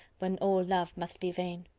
when all love must be vain.